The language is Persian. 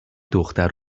دختر